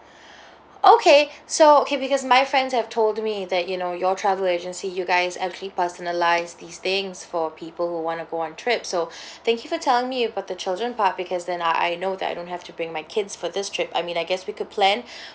okay so okay because my friends have told me that you know your travel agency you guys actually personalise these things for people who want to go on trip so thank you for telling me about the children part because then I I know that I don't have to bring my kids for this trip I mean I guess we could plan